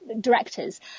directors